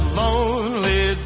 lonely